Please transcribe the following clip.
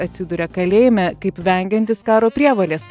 atsiduria kalėjime kaip vengiantis karo prievolės